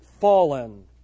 fallen